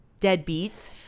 deadbeats